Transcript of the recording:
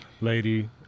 Lady